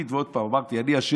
עוד פעם, אמרתי, "אני ה'"